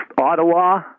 Ottawa